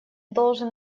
должен